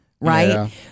right